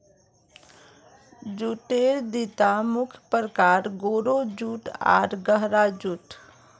जूटेर दिता मुख्य प्रकार, गोरो जूट आर गहरा जूट